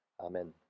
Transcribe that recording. Amen